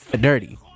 Dirty